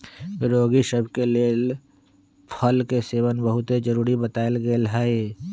रोगि सभ के लेल फल के सेवन बहुते जरुरी बतायल गेल हइ